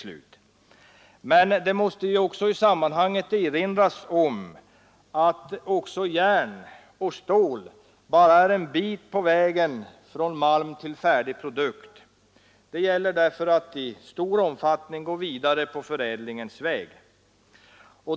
Men det måste i sammanhanget erinras om att också järn och stål bara är en bit på vägen från malm till färdig produkt. Det gäller därför att i stor omfattning gå vidare på förädlingens väg.